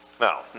Now